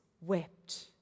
wept